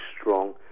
strong